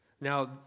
Now